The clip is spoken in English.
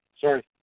Sorry